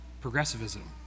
progressivism